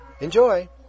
Enjoy